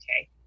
okay